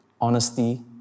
honesty